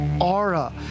aura